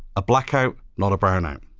a blackout, not a brownout.